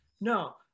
no